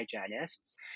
hygienists